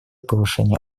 повышения